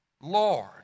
Lord